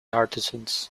artisans